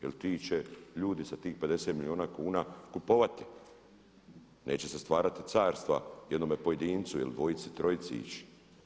Jer ti će ljudi sa tih 50 milijuna kuna kupovati, neće se stvarati carstva jednome pojedincu ili dvojici, trojici ići.